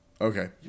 Okay